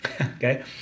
Okay